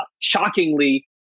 shockingly